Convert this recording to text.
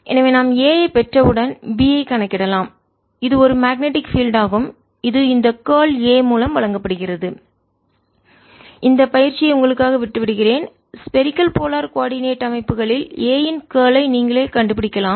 எனவே நாம் A ஐப் பெற்றவுடன் B ஐக் கணக்கிடலாம் இது ஒரு மேக்னெட்டிக் பீல்டு காந்தப்புலமாகும்ஆகும் இது இந்த கார்ல் A மூலம் வழங்கப்படுகிறது BA இந்த பயிற்சியை உங்களுக்காக விட்டுவிடுகிறேன் ஸ்பரிக்கல் போலார்கோளதுருவ கோஆர்டினேட்ஒருங்கிணைப்பு அமைப்புகளில் A இன் கார்ல் ஐ நீங்களே கண்டுபிடிக்கலாம்